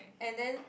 and then